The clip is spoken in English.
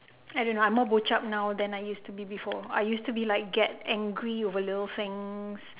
I don't know I'm more bochup now than I used to be before I used to be like get angry over little things